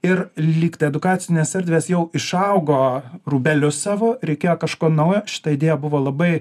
ir lygtai edukacinės erdvės jau išaugo rūbelius savo reikėjo kažko naujo šita idėja buvo labai